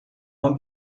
uma